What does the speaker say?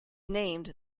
named